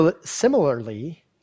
Similarly